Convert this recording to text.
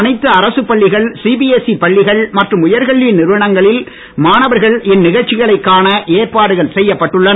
அனைத்து அரசுப் பள்ளிகள் சிபிஎஸ்இ பள்ளிகள் மற்றும் உயர் கல்வி நிறுவனங்களில் மாணவர்கள் இந்நிகழ்ச்சியைக் காண ஏற்பாடுகள் செய்யப்பட்டுள்ளன